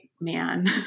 man